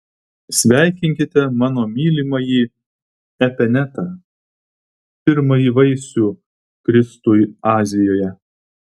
sveikinkite mano mylimąjį epenetą pirmąjį vaisių kristui azijoje